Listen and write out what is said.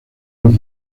los